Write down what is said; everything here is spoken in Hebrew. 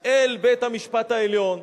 אל בית-המשפט העליון: